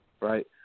right